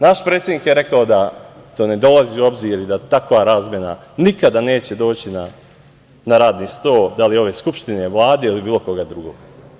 Naš predsednik je rekao da to ne dolazi u obzir i da takva razmena nikada neće doći na radni sto da li ove Skupštine, Vlade ili bilo koga drugog.